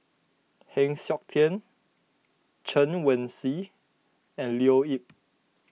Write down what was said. Heng Siok Tian Chen Wen Hsi and Leo Yip